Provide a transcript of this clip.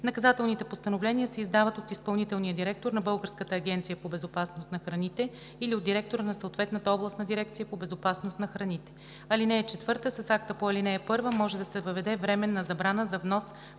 Наказателните постановления се издават от изпълнителния директор на Българската агенция по безопасност на храните или от директора на съответната областна дирекция по безопасност на храните. (4) С акта по ал. 1 може да се въведе временна забрана за внос